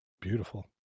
beautiful